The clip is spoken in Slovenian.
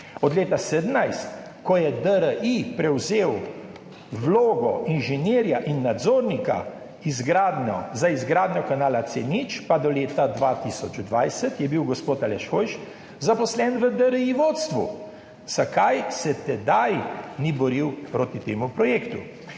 Od leta 2017, ko je DRI prevzel vlogo inženirja in nadzornika za izgradnjo kanala C0, pa do leta 2020 je bil gospod Aleš Hojs zaposlen v vodstvu DRI. Zakaj se tedaj ni boril proti temu projektu?